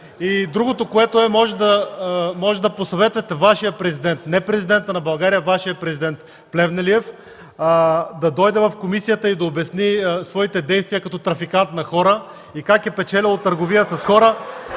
Другото, което е: можете да посъветвате Вашия президент, не Президента на България, а Вашия президент Плевнелиев – да дойде в комисията и да обясни своите действия като трафикант на хора, как е печелел от търговия с хора,